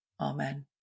Amen